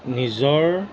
নিজৰ